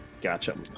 Gotcha